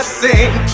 sing